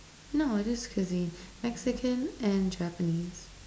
no just cuisine Mexican and Japanese